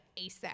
ASAP